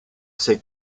sei